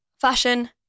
fashion